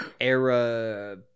era